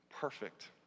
perfect